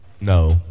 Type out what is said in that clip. No